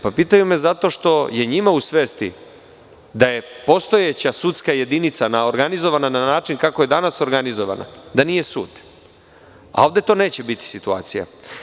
Pa pitaju me zato što je njima u svesti da je postojeća sudska jedinica organizovana na način kako je danas organizovana, da nije sud, a ovde to neće biti situacija.